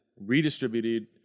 redistributed